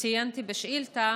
שציינתי בשאילתה,